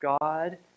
God